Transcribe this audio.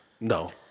No